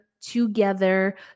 Together